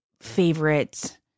favorite